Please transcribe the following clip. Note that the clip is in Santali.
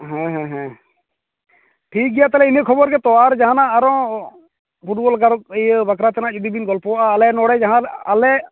ᱦᱮᱸ ᱦᱮᱸ ᱦᱮᱸ ᱴᱷᱤᱠ ᱜᱮᱭᱟ ᱛᱟᱦᱚᱞᱮ ᱤᱱᱟᱹ ᱠᱷᱚᱵᱚᱨ ᱜᱮᱛᱚ ᱟᱨ ᱡᱟᱦᱟᱸᱱᱟᱜ ᱟᱨᱚ ᱯᱷᱩᱴᱵᱚᱞ ᱟᱨᱚ ᱤᱭᱟᱹ ᱵᱟᱠᱷᱨᱟᱛᱮ ᱡᱩᱫᱤ ᱵᱤᱱ ᱜᱚᱞᱯᱚᱭᱟᱜᱼᱟ ᱟᱞᱮ ᱱᱚᱰᱮ ᱡᱟᱦᱟᱞᱮ ᱟᱞᱮ